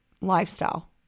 lifestyle